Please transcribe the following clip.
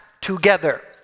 together